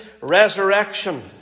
resurrection